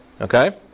Okay